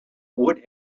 would